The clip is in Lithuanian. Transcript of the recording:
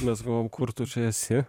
mes galvojam kur tu čia esi